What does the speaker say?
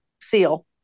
seal